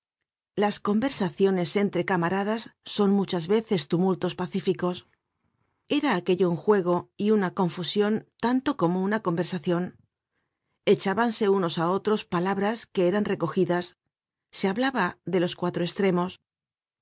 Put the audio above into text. las conversaciones entre camaradas son muchas veces tumultos pacíficos era aquello un juego y una confusion tanto como una conversacion echábanse unos á otros palabras que eran recogidas se hablaba en los cuatro estreñios